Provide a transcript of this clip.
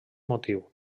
motiu